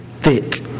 thick